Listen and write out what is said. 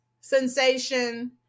sensation